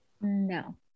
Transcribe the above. No